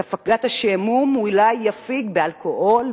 את השעמום הוא אולי יפיג באלכוהול,